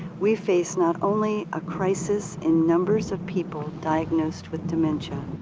we face not only a crisis in numbers of people diagnosed with dementia,